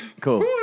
cool